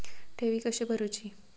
ठेवी कशी भरूची?